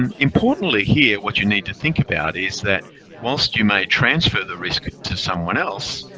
um importantly here, what you need to think about is that whilst you may transfer the risk to someone else,